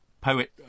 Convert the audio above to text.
poet